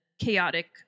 Chaotic